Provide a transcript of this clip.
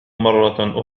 مرة